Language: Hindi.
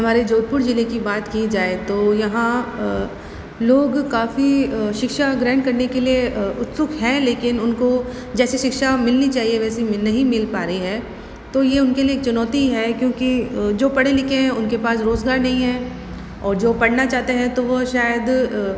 हमारे जोधपुर जिले की बात की जाए तो यहाँ लोग काफ़ी शिक्षा ग्रहण करने के लिए उत्सुक हैं लेकिन उनको जैसी शिक्षा मिलनी चाहिए वैसी मिल नहीं मिल पा रही है तो ये उनके लिए एक चुनौती है क्योंकि जो पढ़ें लिखें हैं उनके पास रोज़गार नहीं है और जो पढ़ना चाहते हैं तो वो शायद